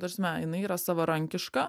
ta prasme jinai yra savarankiška